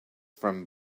from